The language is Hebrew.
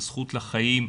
זכות לחיים,